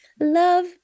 love